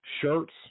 shirts